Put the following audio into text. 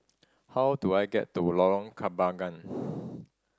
how do I get to Lorong Kabagan